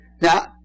Now